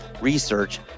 research